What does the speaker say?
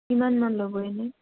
কিমানমান ল'ব এনেই